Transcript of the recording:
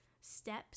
steps